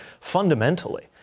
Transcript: fundamentally